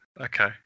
Okay